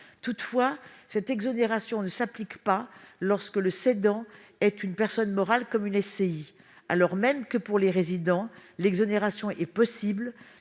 Toutefois, cette exonération ne s'applique pas lorsque le cédant est une personne morale comme une SCI, alors même que, pour les résidents, l'exonération est possible